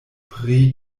pri